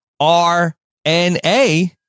RNA